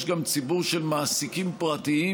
יש גם ציבור של מעסיקים פרטיים,